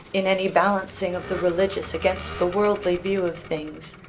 in any balancing of the religious against the worldly view of things,